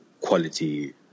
quality